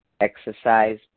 Exercise